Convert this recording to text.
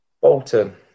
Bolton